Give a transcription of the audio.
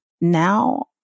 now